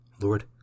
Lord